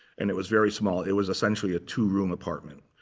and it was very small. it was essentially a two-room apartment.